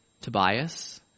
tobias